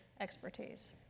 expertise